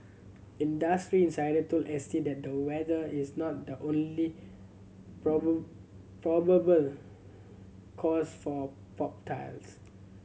industry insider told S T that the weather is not the only probable cause for popped tiles